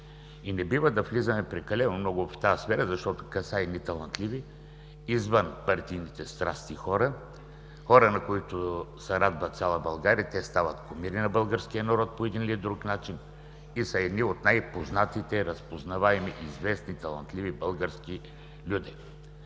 И не бива да влизаме прекалено много в тази сфера, защото касае едни талантливи, извънпартийните страсти хора, хора, на които се радва цяла България, те стават кумири на българския народ по един или друг начин и са едни от най-познатите, разпознаваеми известни талантливи български люде.